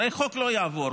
הרי החוק לא יעבור.